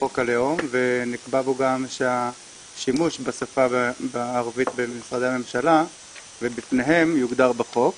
בחוק הלאום ונקבע בו גם שהשימוש בשפה הערבית במשרדי הממשלה יוגדר בחוק.